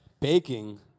baking